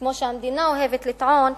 כמו שהמדינה אוהבת לטעון,